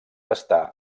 està